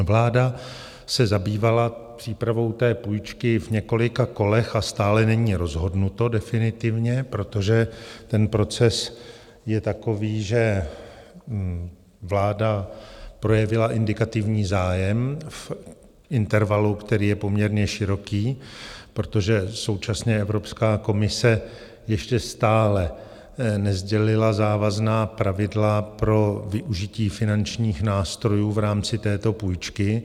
Vláda se zabývala přípravou té půjčky v několika kolech a stále není rozhodnuto definitivně, protože ten proces je takový, že vláda projevila indikativní zájem v intervalu, který je poměrně široký, protože současně Evropská komise ještě stále nesdělila závazná pravidla pro využití finančních nástrojů v rámci této půjčky.